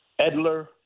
Edler